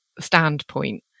standpoint